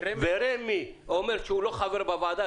ורמ"י אומר שהוא לא חבר בוועדה,